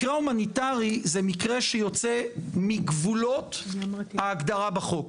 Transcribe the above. מקרה הומניטרי זה מקרה שיוצא מגבולות ההגדרה בחוק.